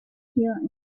here